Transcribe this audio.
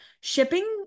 Shipping